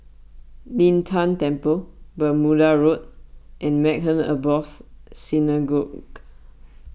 Lin Tan Temple Bermuda Road and Maghain Aboth Synagogue